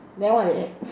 then what they add